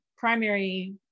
Primary